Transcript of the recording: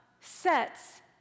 sets